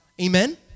Amen